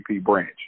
branch